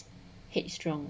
headstrong